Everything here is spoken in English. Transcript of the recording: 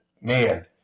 man